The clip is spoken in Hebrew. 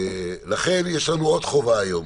לכן יש לנו עוד חובה היום,